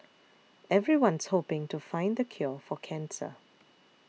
everyone's hoping to find the cure for cancer